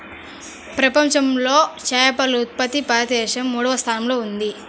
ప్రపంచంలో చేపల ఉత్పత్తిలో భారతదేశం మూడవ స్థానంలో ఉంది